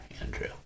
Andrew